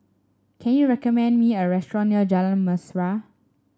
can you recommend me a restaurant near Jalan Mesra